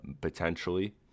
potentially